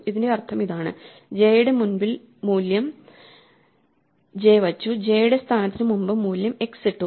ഇതിന്റെ അർത്ഥം ഇതാണ് ജെയുടെ മുമ്പിൽ മൂല്യം ജെ വെച്ചു ജെ യുടെ സ്ഥാനത്തിന് മുമ്പ് മൂല്യം X ഇട്ടു